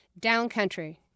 Downcountry